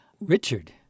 Richard